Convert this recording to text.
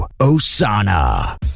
Osana